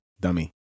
dummy